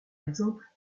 exemple